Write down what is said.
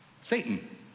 Satan